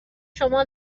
شما